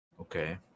Okay